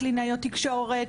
קלינאיות תקשורת,